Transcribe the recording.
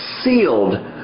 sealed